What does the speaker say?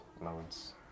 modes